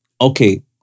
okay